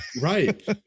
Right